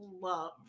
love